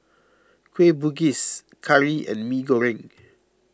Kueh Bugis Curry and Mee Goreng